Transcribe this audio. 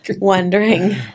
wondering